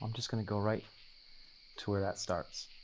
um just gonna go right to where that starts.